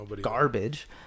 garbage